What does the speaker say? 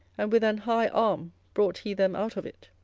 and with an high arm brought he them out of it.